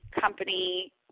company